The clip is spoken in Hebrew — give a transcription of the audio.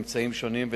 ממצאים שונים ותיעודם.